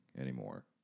anymore